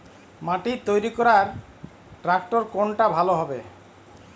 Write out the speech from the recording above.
মাটি তৈরি করার ট্রাক্টর কোনটা ভালো হবে?